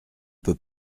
peut